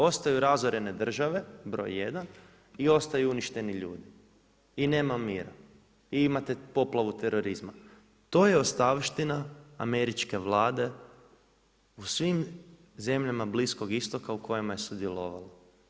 Ostaju razorene države, broj 1. i ostaju uništeni ljudi i nema mira i imate poplavu terorizma, to je ostavština Američke Vlade u svim zemljama Bliskog Istoka u kojima je sudjelovao.